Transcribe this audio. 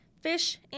Fish